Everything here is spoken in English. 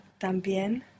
también